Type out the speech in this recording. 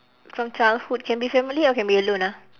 from childhood can be family or can be alone ah